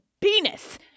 penis